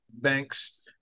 banks